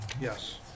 Yes